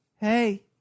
hey